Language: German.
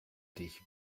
dich